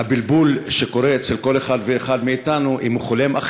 הבלבול שקורה אצל כל אחד ואחד מאתנו כשהוא חולם,